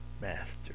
master